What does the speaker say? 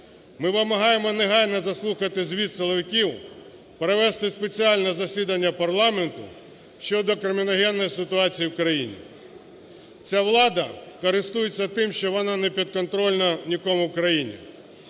Ми вимагаємо негайно заслухати звіт силовиків, провести спеціальне засідання парламенту щодо криміногенної ситуації в країні. Ця влада користується тим, що вона непідконтрольна нікому в країні.